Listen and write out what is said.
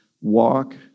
walk